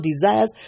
desires